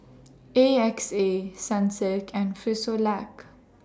A X A Sunsilk and Frisolac